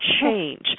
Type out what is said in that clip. change